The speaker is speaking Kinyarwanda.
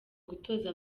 gutoza